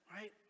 right